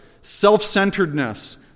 self-centeredness